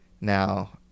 Now